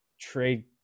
trade